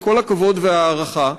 עם כל הכבוד וההערכה,